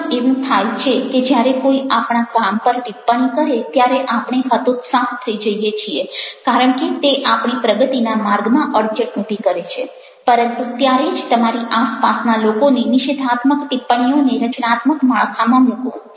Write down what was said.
ઘણી વાર એવું થાય છે કે જ્યારે કોઈ આપણા કામ પર ટિપ્પણી કરે ત્યારે આપણે હતોત્સાહ થઈ જઈએ છીએ કારણ કે તે આપણી પ્રગતિના માર્ગમાં અડચણ ઊભી કરે છે પરંતુ ત્યારે જ તમારી આસપાસના લોકોની નિષેધાત્મક ટિપ્પણીઓને રચનાત્મક માળખામાં મૂકો